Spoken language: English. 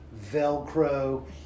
velcro